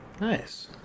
Nice